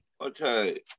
Okay